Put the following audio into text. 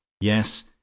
Yes